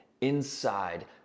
inside